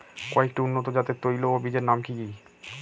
কয়েকটি উন্নত জাতের তৈল ও বীজের নাম কি কি?